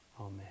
Amen